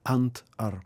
ant ar